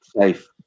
safe